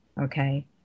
okay